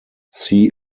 see